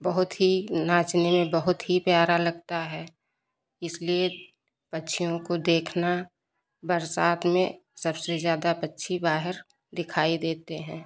बहुत ही नाचने में बहुत ही प्यारा लगता है इसलिए पक्षियों को देखना बरसात में सबसे ज़्यादा पक्षी बाहर दिखाई देते हैं